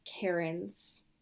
Karen's